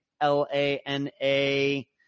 L-A-N-A